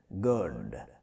good